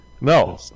No